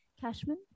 Cashman